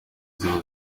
ziba